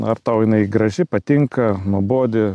ar tau jinai graži patinka nuobodi